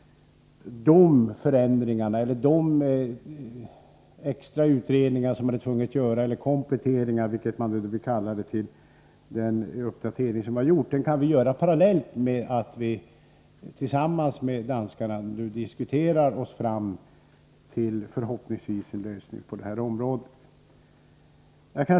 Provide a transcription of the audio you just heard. De extra utredningar, kompletteringar eller vad man nu vill kalla dem, som man tvingas göra till den uppdatering som redan skett, kan genomföras parallellt med att vi tillsammans med danskarna diskuterar oss fram till vad som förhoppningsvis blir en lösning av den här frågan.